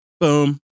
Boom